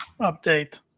update